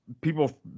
People